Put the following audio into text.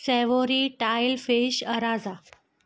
savoury tile fish अराज़ा